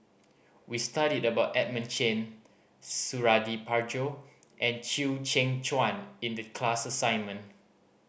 we studied about Edmund Chen Suradi Parjo and Chew Kheng Chuan in the class assignment